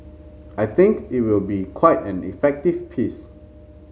I think it will be quite an effective piece